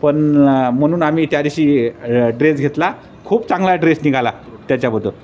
पण म्हणून आम्ही त्या दिवशी ड्रेस घेतला खूप चांगला ड्रेस निघाला त्याच्याबद्दल